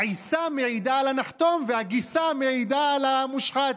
העיסה מעידה על הנחתום והגיסה מעידה על המושחת.